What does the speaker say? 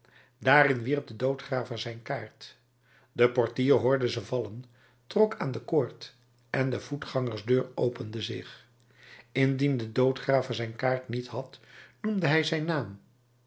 daarin wierp de doodgraver zijn kaart de portier hoorde ze vallen trok aan de koord en de voetgangersdeur opende zich indien de doodgraver zijn kaart niet had noemde hij zijn naam